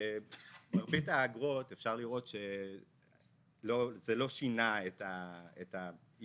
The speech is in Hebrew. במרבית האגרות אפשר לראות שזה לא שינה את העילה,